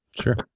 Sure